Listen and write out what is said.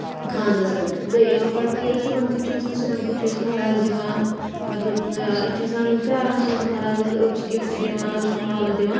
خاندرَس پٮ۪ٹھ پَتہٕ ییٚلہِ صبُحن کیُتھ چھُ آسان سبُحن کیُتھ چھُ أسۍ مہرازٕ یِوان مطلب أسۍ چھِ آسان پیران چھِ أسۍ مہرازَس أڑۍ چھِ گِفٹ دِوان أڑۍ چھِ مالہٕ دِوان